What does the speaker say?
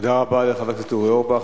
תודה רבה לחבר הכנסת אורי אורבך.